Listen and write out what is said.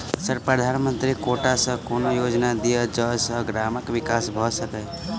Sir प्रधानमंत्री quota सऽ कोनो योजना दिय जै सऽ ग्रामक विकास भऽ सकै?